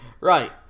Right